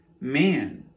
man